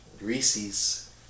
Reese's